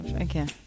Okay